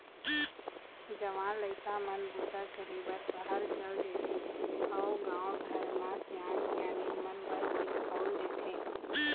जवान लइका मन बूता करे बर सहर चल देथे अउ गाँव घर म सियान सियनहिन मन बस दिखउल देथे